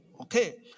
okay